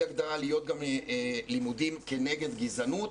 הגדרה להיות גם לימודים כנגד גזענות,